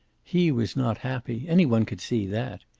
he was not happy. any one could see that.